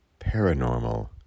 paranormal